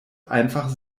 einfach